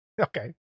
Okay